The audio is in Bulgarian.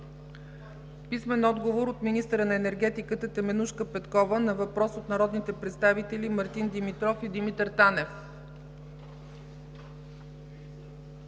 Петър Славов; - министъра на енергетиката Теменужка Петкова на въпрос от народните представители Мартин Димитров и Димитър Танев;